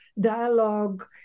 dialogue